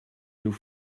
nous